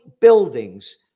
buildings